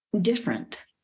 different